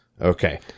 Okay